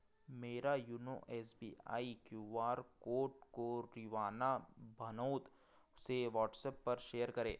मेरा YONO S B I Q R code को रीवाना भानोद से वॉट्सएप पर शेयर करें